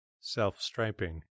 Self-striping